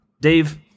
Dave